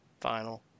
final